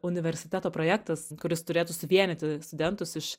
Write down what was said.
universiteto projektas kuris turėtų suvienyti studentus iš